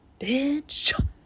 bitch